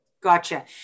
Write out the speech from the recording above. Gotcha